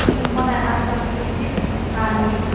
यसमा मलाई आकर्षित पार्ने